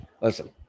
Listen